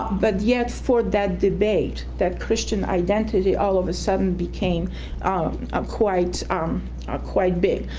but yet for that debate that christian identity all of a sudden became um quite um quite big.